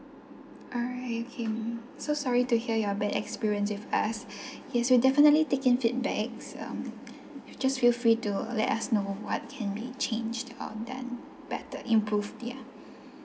alright okay mm so sorry to hear your bad experience with us yes we'll definitely taking feedbacks um you just feel free to let us know what can we change to uh then better improve ya